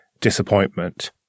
disappointment